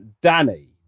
Danny